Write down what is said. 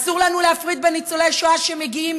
אסור לנו להפריד בין ניצולי שואה שמגיעים